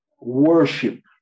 worship